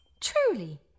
Truly